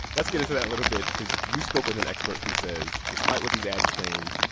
let's get into that a little bit because you spoke with an expert who says despite what these ads claim,